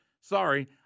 Sorry